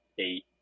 eight